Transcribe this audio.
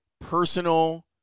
personal